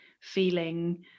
feeling